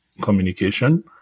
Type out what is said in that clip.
communication